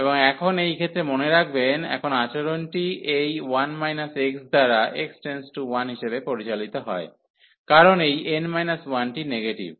এবং এখন এই ক্ষেত্রে মনে রাখবেন এখন আচরণটি এই 1 x দ্বারা x→1 হিসাবে পরিচালিত হয় কারণ এই n 1 টি নেগেটিভ